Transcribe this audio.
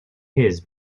his